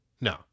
No